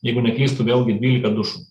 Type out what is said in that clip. jeigu neklystu vėlgi dvylika dušų